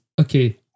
okay